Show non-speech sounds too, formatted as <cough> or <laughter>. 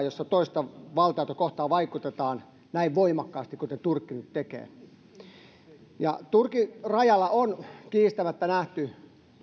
<unintelligible> joissa toista valtiota kohtaan vaikutetaan näin voimakkaasti kuten turkki nyt tekee turkin rajalla on kiistämättä nähty